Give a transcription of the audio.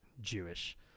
Jewish